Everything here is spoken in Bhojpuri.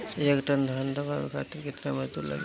एक टन धान दवावे खातीर केतना मजदुर लागेला?